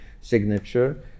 signature